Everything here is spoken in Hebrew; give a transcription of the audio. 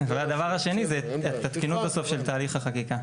והדבר השני זה את התקינות בסוף של תהליך החקיקה.